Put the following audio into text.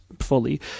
fully